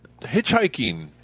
hitchhiking